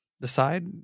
Decide